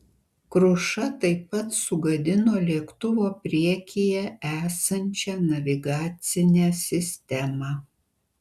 kruša taip pat sugadino lėktuvo priekyje esančią navigacinę sistemą